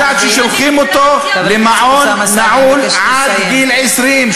את יודעת ששולחים אותו למעון נעול עד גיל 20,